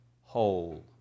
whole